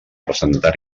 presentar